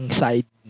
side